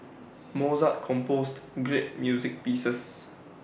Mozart composed great music pieces